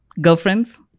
girlfriends